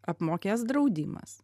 apmokės draudimas